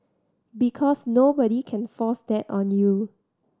because nobody can force that on you